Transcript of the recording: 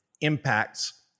impacts